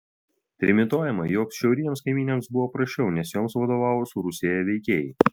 trimituojama jog šiaurinėms kaimynėms buvo prasčiau nes joms vadovavo surusėję veikėjai